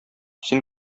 син